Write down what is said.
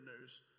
news